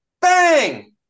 Bang